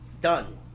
Done